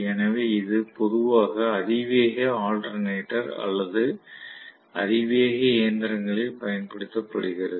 எனவே இது பொதுவாக அதிவேக ஆல்டர்னேட்டர் அல்லது அதிவேக இயந்திரங்களில் பயன்படுத்தப்படுகிறது